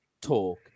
talk